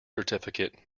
certificate